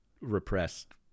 repressed